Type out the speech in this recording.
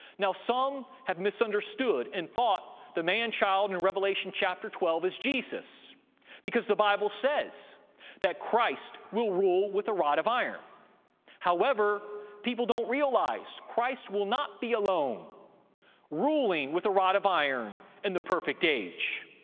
now some have misunderstood and thought the man-child in revelation, chapter twelve is jesus because the bible says that christ will rule with a rod of iron however, people don't realize, christ will not be alone ruling with a rod of iron in the perfect age.